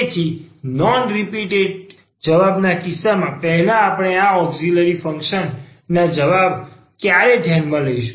તેથી non repeated જવાબ ના કિસ્સામાં પહેલા આપણે આ ઔક્ષીલરી ઈક્વેશન ો ના જવાબ ક્યારે ધ્યાનમાં લઈશું